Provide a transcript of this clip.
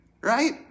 right